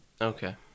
Okay